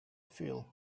feel